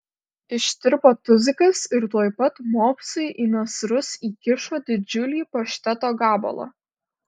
ištirpo tuzikas ir tuoj pat mopsui į nasrus įkišo didžiulį pašteto gabalą